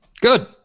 Good